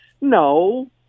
No